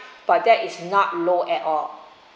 but that is not low at all